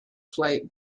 flight